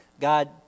God